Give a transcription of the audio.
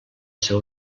seu